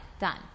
done